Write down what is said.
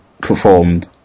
performed